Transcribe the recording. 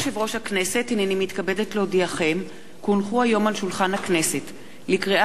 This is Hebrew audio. תוכן העניינים מסמכים שהונחו על שולחן הכנסת 6 מזכירת